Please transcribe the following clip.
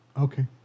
Okay